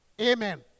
Amen